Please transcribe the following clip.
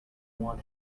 want